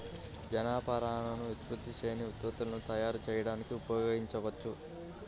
జనపనారను విస్తృత శ్రేణి ఉత్పత్తులను తయారు చేయడానికి ఉపయోగించవచ్చు